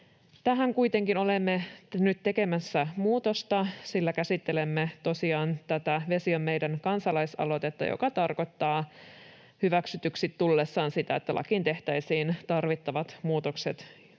Tähän kuitenkin olemme nyt tekemässä muutosta, sillä käsittelemme tosiaan tätä Vesi on meidän ‑kansa-laisaloitetta, joka tarkoittaa hyväksytyksi tullessaan sitä, että lakiin tehtäisiin tarvittavat muutokset